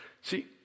See